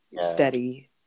steady